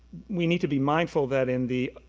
we need to be mindful that in the,